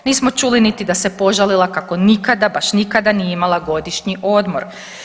Nismo čuli niti da se požalila kako nikada, baš nikada nije imala godišnji odmor.